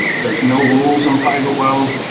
there's no rules on private wells.